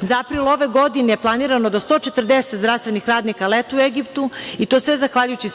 Za april ove godine je planirano da 140 zdravstvenih radnika letuje u Egiptu i to sve zahvaljujući